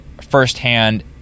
firsthand